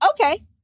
Okay